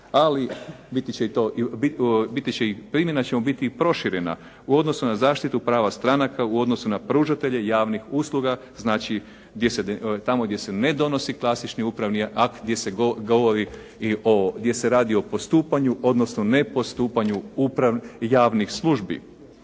Ali primjena će mu biti proširena u odnosu na zaštitu prava stranaka u odnosu na pružatelje javnih usluga, znači tamo gdje se ne donosi klasični upravni akt, gdje se govori i o, gdje se radi o postupanju, odnosno ne postupanju javnih službi.